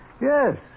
Yes